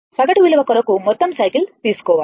Iసగటు విలువ కొరకు మొత్తం సైకిల్ తీసుకోవాలి